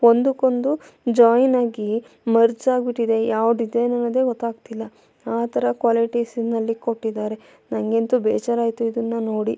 ಒಂದಕ್ಕೊಂದು ಜಾಯ್ನ್ ಆಗಿ ಮರ್ಜಾಗ್ಬಿಟ್ಟಿದೆ ಯಾವ ಡಿಸೈನಲ್ಲಿದೆ ಗೊತ್ತಾಗ್ತಿಲ್ಲ ಆ ಥರ ಕ್ವಾಲಿಟೀಸಿನಲ್ಲಿ ಕೊಟ್ಟಿದ್ದಾರೆ ನನಗಂತೂ ಬೇಜಾರಾಯಿತು ಇದನ್ನು ನೋಡಿ